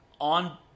on